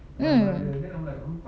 mm